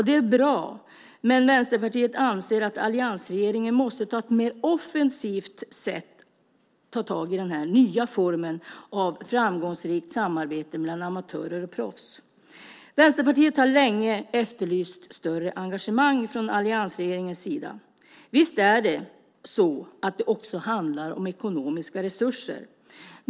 Det är bra, men Vänsterpartiet anser att alliansregeringen på ett mer offensivt sätt måste ta tag i den här nya formen av framgångsrikt samarbete mellan amatörer och proffs. Vänsterpartiet har länge efterlyst större engagemang från alliansregeringens sida. Visst handlar det också om ekonomiska resurser.